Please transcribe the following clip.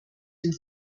den